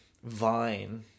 Vine